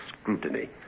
scrutiny